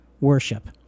worship